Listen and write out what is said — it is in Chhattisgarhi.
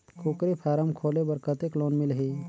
कूकरी फारम खोले बर कतेक लोन मिलही?